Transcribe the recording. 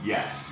Yes